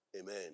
Amen